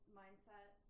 mindset